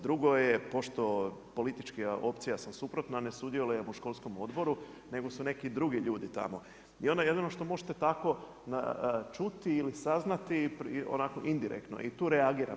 Drugo je pošto politička opcija sam suprotna ne sudjelujem u školskom odboru nego su neki drugi ljudi tamo i onda jedino što možete tako čuti ili saznati onako indirektno i tu reagiram.